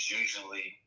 usually